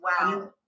Wow